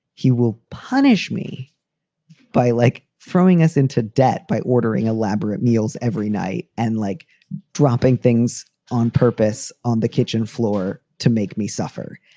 he will punish me by, like, throwing us into debt, by ordering elaborate meals every night and like dropping things on purpose on the kitchen floor to make me suffer.